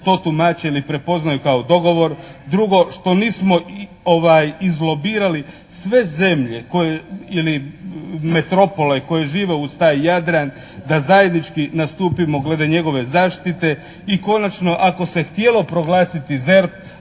to tumače ili prepoznaju kao dogovor. Drugo, što nismo izlobirali sve zemlje ili metropole koje žive uz taj Jadran, da zajednički nastupimo glede njegove zaštite. I konačno, ako se htjelo proglasiti ZERP